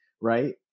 right